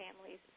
families